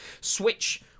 Switch